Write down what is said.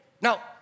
Now